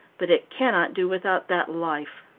but it can not do without that life.